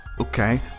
Okay